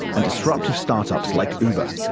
and disruptive start-ups like uber.